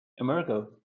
Emergo